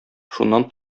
шуннан